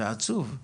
זה עצוב.